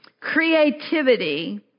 creativity